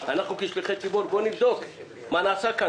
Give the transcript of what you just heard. כשליחי ציבור אנחנו צריכים לבדוק מה נעשה כאן,